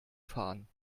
fahren